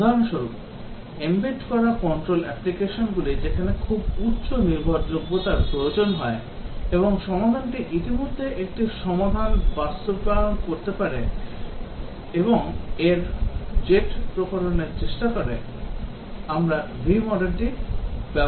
উদাহরণস্বরূপ embed করা control application গুলি যেখানে খুব উচ্চ নির্ভরযোগ্যতার প্রয়োজন হয় এবং সমাধানটি ইতিমধ্যে একটি সমাধান বাস্তবায়ন করতে পারে এবং এর ছোট প্রকরণের চেষ্টা করে আমরা V modelটি ব্যবহার করব